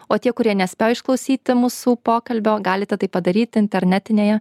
o tie kurie nespėjo išklausyti mūsų pokalbio galite tai padaryti internetinėje